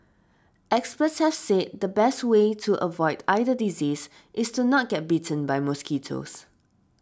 experts have said the best way to avoid either disease is to not get bitten by mosquitoes